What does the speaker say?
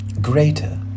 greater